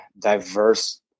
diverse